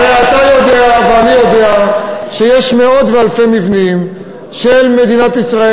הרי אתה יודע ואני יודע שיש מאות ואלפי מבנים של מדינת ישראל